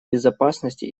безопасности